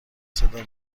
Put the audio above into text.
صدا